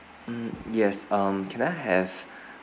mm yes um can I have